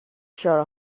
sure